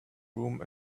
room